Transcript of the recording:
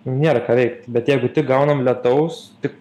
nėra ką veikt bet jeigu tik gaunam lietaus tik